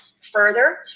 Further